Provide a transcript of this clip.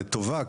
לטובה,